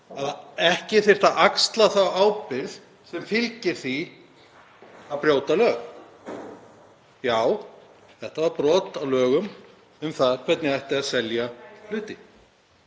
að ekki þyrfti að axla þá ábyrgð sem fylgir því að brjóta lög. Já, þetta var brot á lögum um það hvernig ætti að selja hluti.